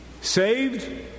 saved